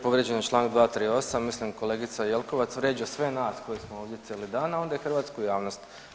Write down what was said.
Povrijeđen je Članak 238., mislim kolegica Jelkovac vrijeđa sve nas koji smo ovdje cijeli dan, a onda i hrvatsku javnost.